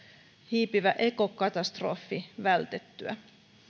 hiipivä ekokatastrofi vältettyä